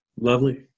Lovely